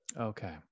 Okay